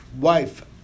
wife